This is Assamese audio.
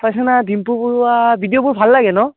চাইছানে ডিম্পু বৰুৱা ভিডিঅ'বোৰ ভাল লাগে ন